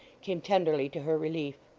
came tenderly to her relief.